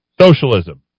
socialism